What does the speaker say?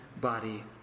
body